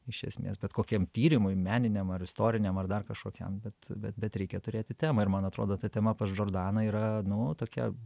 iš esmės bet kokiam tyrimui meniniamar istoriniam ar dar kažkokiam bet bet reikia turėti temą ir man atrodo ta tema pas džordaną yra nu tokia